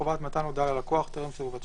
חובת מתן הודעה ללקוח טרם סירוב שיק),